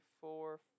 four